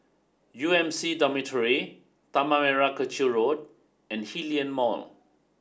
U M C Dormitory Tanah Merah Kechil Road and Hillion Mall